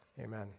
Amen